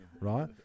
right